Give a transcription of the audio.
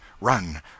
Run